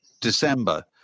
December